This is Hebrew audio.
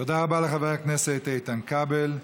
תודה רבה לחבר הכנסת איתן כבל.